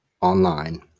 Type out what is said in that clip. online